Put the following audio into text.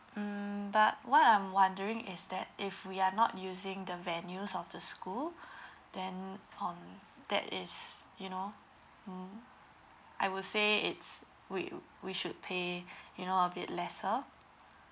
mm but what I'm wondering is that if we are not using the venues of the school then um that is you know mm I will say it's we we should pay you know a bit lesser